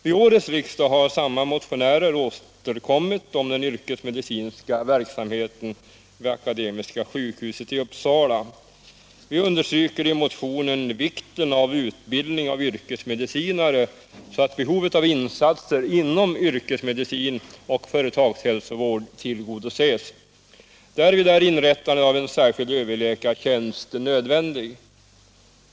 Vid årets riksmöte har samma motionärer återkommit om den yrkesmedicinska verksamheten vid Akademiska sjukhuset i Uppsala. Vi understryker i motionen vikten av utbildning av yrkesmedicinare så att behovet av insatser inom yrkesmedicin och företagshälsovård tillgodoses. Därvid är inrättandet av en särskild överläkartjänst nödvändigt.